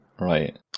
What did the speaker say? right